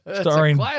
Starring